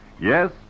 Yes